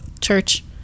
church